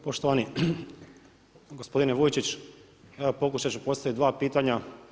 Poštovani gospodine Vujčić, evo pokušat ću postaviti dva pitanja.